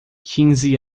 quinze